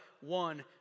one